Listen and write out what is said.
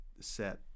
set